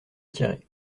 tirée